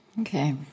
Okay